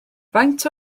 faint